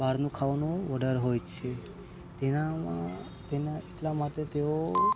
બહારનું ખાવાનું વધારે હોય છે તેનામાં તેના એટલા માટે તેઓ